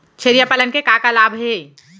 छेरिया पालन के का का लाभ हे?